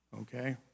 okay